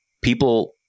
People